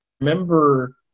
remember